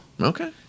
Okay